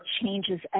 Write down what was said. changes